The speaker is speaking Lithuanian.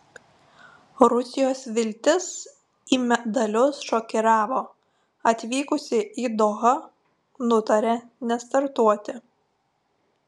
rusijos viltis į medalius šokiravo atvykusi į dohą nutarė nestartuoti